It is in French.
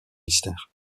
mystères